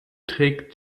trägt